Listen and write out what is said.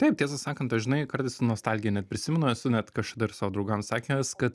taip tiesą sakant dažnai kartais su nostalgija net prisimenu esu net kažkada ir savo draugams sakęs kad